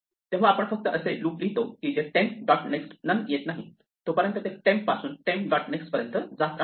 तेव्हा आपण फक्त असे लुप लिहितो की जे टेम्प डॉट नेक्स्ट नन येत नाही तोपर्यंत ते टेम्प पासून टेम्प डॉट नेक्स्ट पर्यंत जात राहते